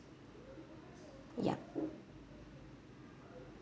yup